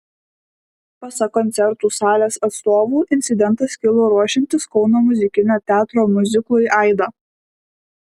pasak koncertų salės atstovų incidentas kilo ruošiantis kauno muzikinio teatro miuziklui aida